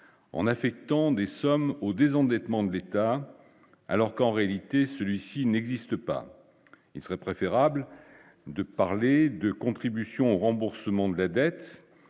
en affectant des sommes au désendettement de l'État alors qu'en réalité celui-ci n'existe pas, il serait préférable de parler de contribution au remboursement de la dette